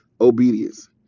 Obedience